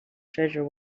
treasure